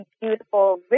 beautiful